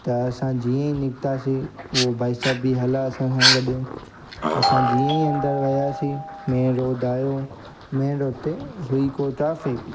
त असां जीअं ई निकितासीं उहो भाई साहिबु बि हलिया असां सां गॾु असां जीअं ई अंदरि वियासीं मेन रोड आहियो मेन रोड ते हुई को ट्राफ़िक